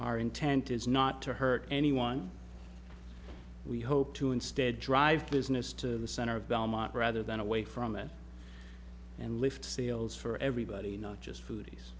our intent is not to hurt anyone we hope to instead drive business to the center of belmont rather than away from it and lift sales for everybody not just food